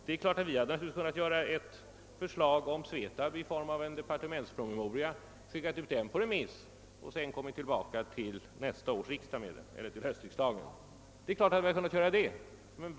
Det är klart att vi naturligtvis hade kunnat framlägga ett förslag om SVETAB i form av en departementspromemoria och skicka ut den på remiss, varefter frågan hade framlagts till höstriksdagen. Visst hade man kunnat göra det.